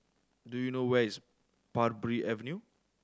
do you know where is Parbury Avenue